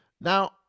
Now